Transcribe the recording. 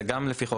זה גם לפי חוק.